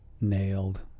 nailed